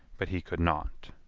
but he could not.